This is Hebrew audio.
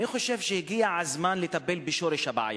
אני חושב שהגיע הזמן לטפל בשורש הבעיה,